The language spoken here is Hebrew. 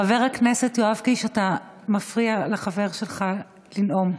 חבר הכנסת יואב קיש, אתה מפריע לחבר שלך לנאום.